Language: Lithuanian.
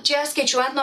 čia skaičiuojant nuo